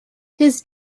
his